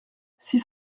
six